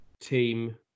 team